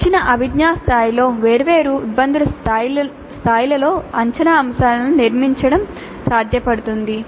ఇచ్చిన అభిజ్ఞా స్థాయిలో వేర్వేరు ఇబ్బందుల స్థాయిలలో అంచనా అంశాలను నిర్మించడం సాధ్యపడుతుంది